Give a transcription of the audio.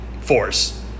force